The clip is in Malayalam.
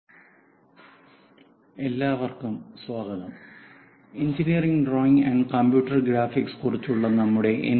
ഓർത്തോഗ്രാഫിക് പ്രൊജക്ഷനുകൾ I ഭാഗം 2 എല്ലാവർക്കും സ്വാഗതം engineering drawing and computer graphics കുറിച്ചുള്ള നമ്മുടെ എൻ